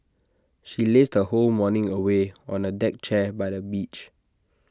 she lazed her whole morning away on A deck chair by the beach